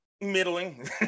middling